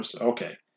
okay